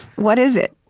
what is it?